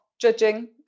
judging